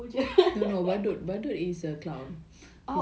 jer